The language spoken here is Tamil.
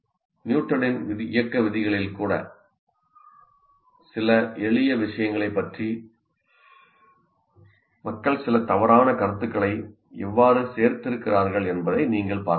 நியூட்டனின் இயக்க விதிகளில் கூட சில எளிய விஷயங்களைப் பற்றி மக்கள் சில தவறான கருத்துக்களை எவ்வாறு சேர்த்திருக்கிறார்கள் என்பதை நீங்கள் பார்த்திருக்கலாம்